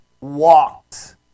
walked